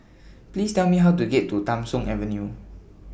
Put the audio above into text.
Please Tell Me How to get to Tham Soong Avenue